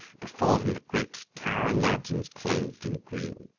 before them the great towering mountains clothed in green.